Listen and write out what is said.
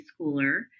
schooler